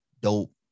dope